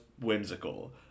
whimsical